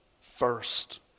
first